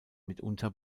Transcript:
mitunter